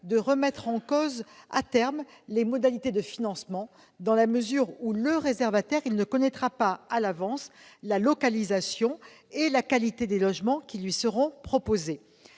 de remettre en cause, à terme, les modalités de financement, dans la mesure où le réservataire ne connaîtra pas à l'avance la localisation et la qualité des logements qui lui seront proposés.